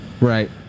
right